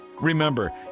Remember